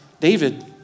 David